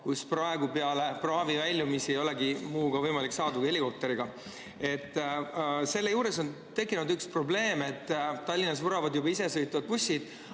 kuhu praegu pärast praami väljumist ei olegi võimalik saada muu kui helikopteriga. Selle juures on tekkinud üks probleem. Tallinnas vuravad juba isesõitvad bussid,